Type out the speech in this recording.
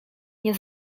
nie